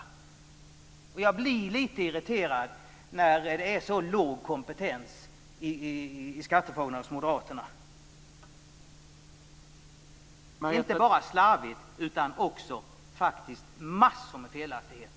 Jag blir lite irriterad när det är så låg kompetens i skattefrågorna hos Moderaterna. Det är inte bara slarvigt, utan det är också massor med felaktigheter.